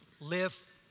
live